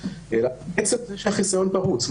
אלא בעצם זה שהחיסיון פרוץ.